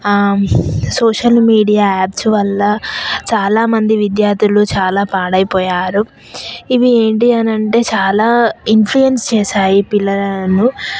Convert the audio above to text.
social media apps వల్ల చాలామంది విద్యార్థులు చాలా పాడై పోయారు ఇవి ఏంటి అని అంటే చాలా ఇన్ఫ్లుయెన్స్ చేశాయి పిల్లలను